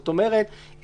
כלומר,